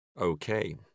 Okay